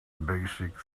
basic